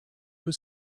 was